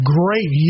great